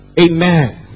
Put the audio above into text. Amen